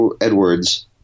Edwards